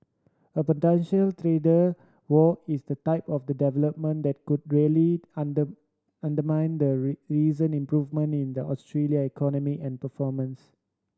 a potential trade war is the type of the development that could really under undermine the recent improvement in the Australia economic and performance